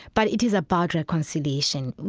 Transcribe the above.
but it is about reconciliation.